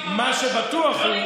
מה שבטוח הוא,